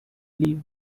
live